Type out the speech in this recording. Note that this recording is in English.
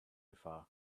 far